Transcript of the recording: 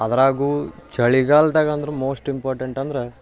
ಅದರಾಗೂ ಚಳಿಗಾಲ್ದಾಗಂದ್ರೆ most important ಅಂದ್ರೆ